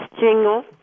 jingle